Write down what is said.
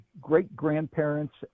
great-grandparents